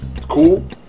Cool